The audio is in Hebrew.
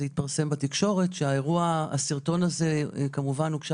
זה התפרסם בתקשורת שהסרטון זה כמובן הוגשה